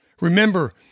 Remember